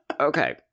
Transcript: Okay